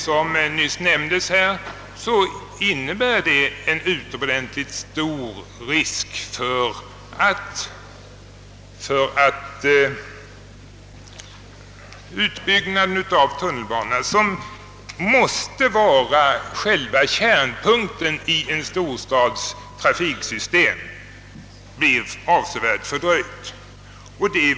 Som tidigare nämnts innebär detta utomordentligt stor risk för att utbyggnaden av tunnelbanorna, vilka måste anses vara själva kärnan i en storstads trafiksystem, avsevärt fördröjs.